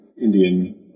Indian